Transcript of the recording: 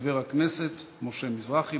חבר הכנסת משה מזרחי.